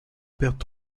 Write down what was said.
perdent